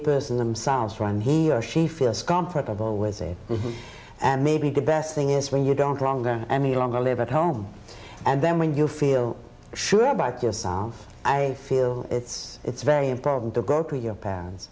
person themselves run he or she feels comfortable with and maybe the best thing is where you don't wrong any longer live at home and then when you feel sure about your song i feel it's it's very important to go through your pa